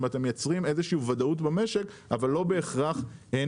הם מייצרים איזושהי וודאות במשק אבל לא בהכרח הם